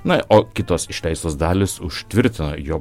na o kitos išleistos dalys užtvirtina jo